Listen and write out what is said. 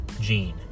gene